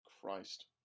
Christ